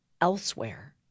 elsewhere